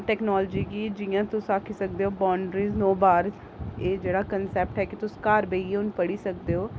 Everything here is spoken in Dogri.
टैक्नोलोजी गी जि'यां तुस आक्खी सकदेओ बौन्ड्री नो बार एह् जेह्ड़ा कन्सैप्ट ऐ कि तुस घर बेहियै हुन पढ़ी सकदे ओ